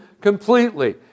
completely